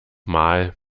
mal